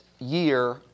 year